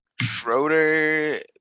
Schroeder